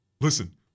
Listen